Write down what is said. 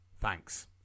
thanks